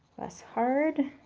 less hard,